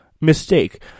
mistake